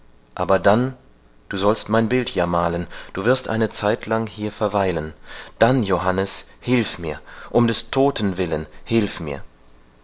aber dann du sollst mein bild ja malen du wirst eine zeitlang hier verweilen dann johannes hilf mir um des todten willen hilf mir